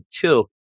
two